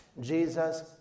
Jesus